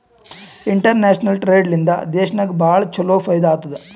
international trade ಲಿಂದಾ ದೇಶನಾಗ್ ಭಾಳ ಛಲೋ ಫೈದಾ ಆತ್ತುದ್